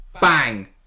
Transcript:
Bang